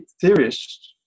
theorists